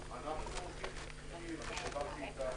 13:00.